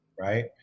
right